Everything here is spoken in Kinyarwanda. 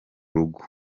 rugo